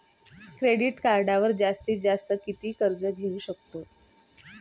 Credit कार्डवर जास्तीत जास्त किती कर्ज घेऊ शकतो?